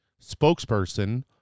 spokesperson